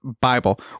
Bible